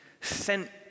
sent